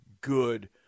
good